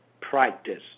Practice